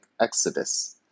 Exodus